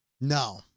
No